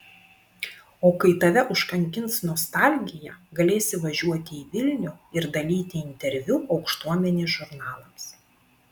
o kai tave užkankins nostalgija galėsi važiuoti į vilnių ir dalyti interviu aukštuomenės žurnalams